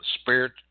spirit